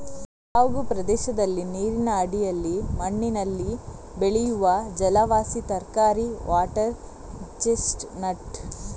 ಜವುಗು ಪ್ರದೇಶದಲ್ಲಿ ನೀರಿನ ಅಡಿಯಲ್ಲಿ ಮಣ್ಣಿನಲ್ಲಿ ಬೆಳೆಯುವ ಜಲವಾಸಿ ತರಕಾರಿ ವಾಟರ್ ಚೆಸ್ಟ್ ನಟ್